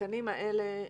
התקנים האלה,